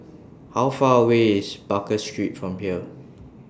How Far away IS Baker Street from here